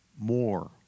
more